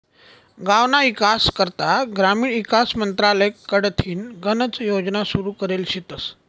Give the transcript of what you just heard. गावना ईकास करता ग्रामीण ईकास मंत्रालय कडथीन गनच योजना सुरू करेल शेतस